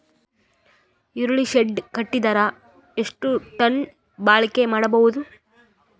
ಈರುಳ್ಳಿ ಶೆಡ್ ಕಟ್ಟಿದರ ಎಷ್ಟು ಟನ್ ಬಾಳಿಕೆ ಮಾಡಬಹುದು?